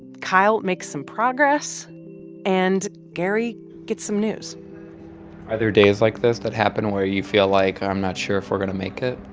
kyle makes some progress and gary gets some news are there days like this that happen where you feel like, i'm not sure if we're going to make it?